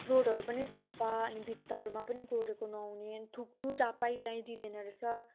रोडहरू पनि सफा अनि भित्ताहरूमा पनि कोरेको नहुने थुक्नु जहाँ पायो त्यहीँ दिँदैन रहेछ